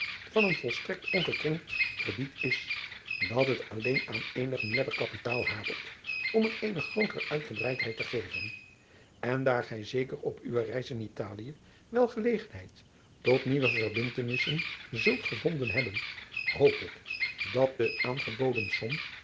van een volstrekt ongekrenkt krediet is dat het alleen aan eenig meerder kapitaal hapert om het eene grootere uitgebreidheid te geven en daar gij zeker op uwe reis in talie wel gelegenheid tot nieuwe verbindtenissen zult gevonden hebben hoop ik dat de aangeboden som